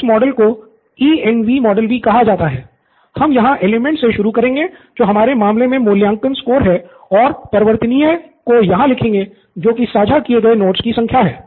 इस मॉडल को ई॰एन॰वी॰ को यहाँ लिखेंगे जो कि साझा किए गए नोट्स की संख्या है